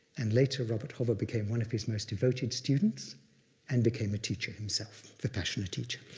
and later, robert hover became one of his most devoted students and became a teacher himself, vipassana teacher.